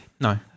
no